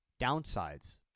downsides